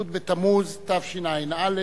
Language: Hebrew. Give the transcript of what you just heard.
י' בתמוז תשע"א,